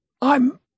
I'm